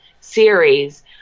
series